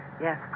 Yes